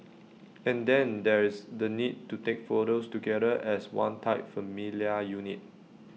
and then there is the need to take photos together as one tight familial unit